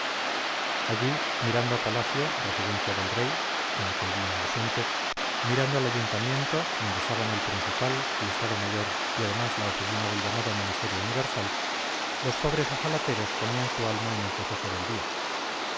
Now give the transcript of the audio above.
allí mirando a palacio residencia del rey en aquel día ausente mirando al ayuntamiento donde estaban el principal el estado mayor y además la oficina del llamado ministerio universal los pobres ojalateros ponían su alma en el suceso del día